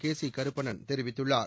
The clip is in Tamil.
கேசி கருப்பன்னன் தெரிவித்துள்ளார்